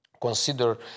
consider